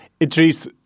idris